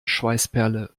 schweißperle